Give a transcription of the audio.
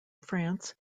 france